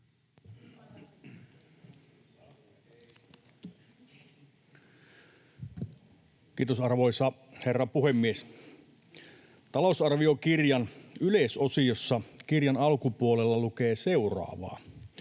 Kiitos, arvoisa herra puhemies! Talousarviokirjan yleisosiossa kirjan alkupuolella lukee seuraavaa: